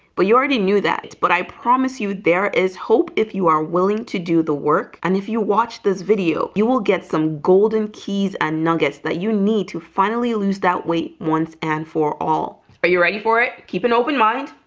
but you already knew that but i promise you there is hope if you are willing to do the work and if you watch this video you will get some golden keys and nuggets that you need to finally lose that weight once and for all are you ready for it? keep an open mind.